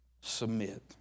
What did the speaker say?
Submit